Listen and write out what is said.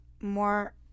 more